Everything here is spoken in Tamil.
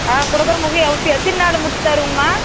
ஆ கொடுக்கறம் போதே யோசித்தேன் எத்தினை நாளில் முடித்து தருவீங்கம்மா